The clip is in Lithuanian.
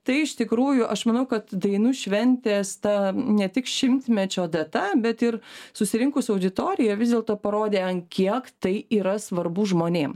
tai iš tikrųjų aš manau kad dainų šventės ta ne tik šimtmečio data bet ir susirinkus auditorija vis dėlto parodė kiek tai yra svarbu žmonėm